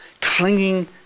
clinging